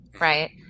right